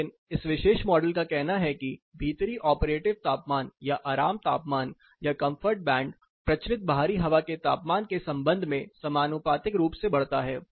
लेकिन इस विशेष मॉडल का कहना है कि भीतरी ऑपरेटिव तापमान या आराम तापमान या कंफर्ट बैंड प्रचलित बाहरी हवा के तापमान के संबंध में समानुपातिक रूप से बढ़ता है